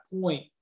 point